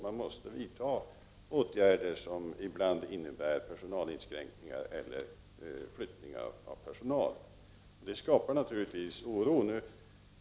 Man måste vidta åtgärder som ibland innebär personalinskränkningar eller omflyttning av personal. Detta skapar naturligtvis oro.